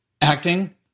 acting